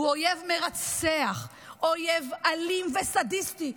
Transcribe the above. הוא אויב מרצח, אויב אלים וסדיסטי.